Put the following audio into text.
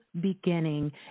beginning